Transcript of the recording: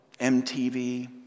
MTV